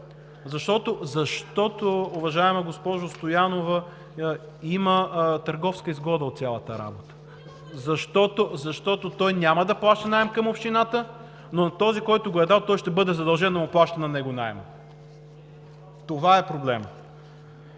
Защото, уважаема госпожо Стоянова, има търговска изгода от цялата работа. Защото той няма да плаща наем към Общината, но този, който го е дал, той ще бъде задължен да плаща на него наема, в това е проблемът.